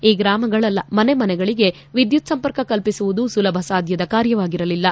ಈ ಗ್ರಾಮಗಳ ಮನೆಗಳಿಗೆ ವಿದ್ಯುತ್ ಸಂಪರ್ಕ ಕಲ್ಪಿಸುವುದು ಸುಲಭ ಸಾಧ್ಯದ ಕಾರ್ಯವಾಗಿರಲಿಲ್ಲ